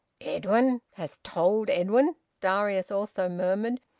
edwin! hast told edwin? darius also murmured,